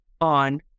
on